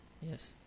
yes